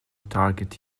target